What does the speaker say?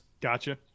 Gotcha